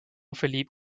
philippe